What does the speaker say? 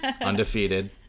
Undefeated